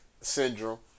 syndrome